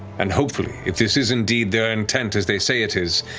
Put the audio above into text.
and hopefully, if this is indeed their intent, as they say it is,